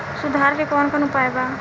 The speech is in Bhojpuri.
सुधार के कौन कौन उपाय वा?